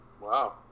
Wow